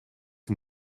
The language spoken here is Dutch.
een